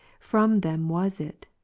from them was it,